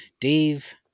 Dave